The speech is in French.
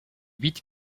huit